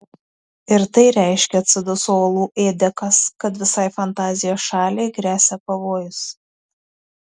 ir tai reiškia atsiduso uolų ėdikas kad visai fantazijos šaliai gresia pavojus